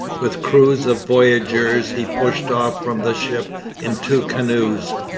with crews of voyageurs he pushed off from the ship in two canoes.